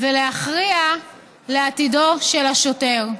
ולהכריע בעתידו של השוטר.